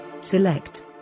Select